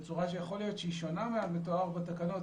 בצורה שיכול להיות שהיא שונה מהמתואר בתקנות,